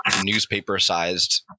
newspaper-sized